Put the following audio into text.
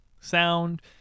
sound